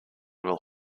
will